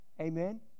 Amen